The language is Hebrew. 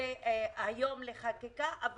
היום לחקיקה,